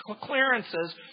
clearances